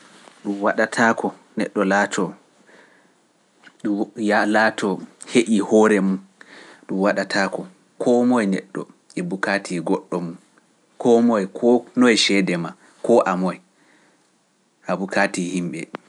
Dɗum waɗataako neɗɗo laatoo heƴi hoore mum, ɗum waɗataako koo moye neɗɗo e bukaati goɗɗo mum, koo moye koo noye ceede ma, koo a moye, a bukaati yimɓe.